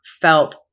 felt